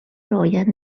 رعایت